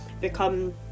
become